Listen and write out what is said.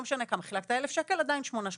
לא משנה כמה, 1,000 שקל, עדיין שמונה שקלים.